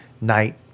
night